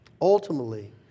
ultimately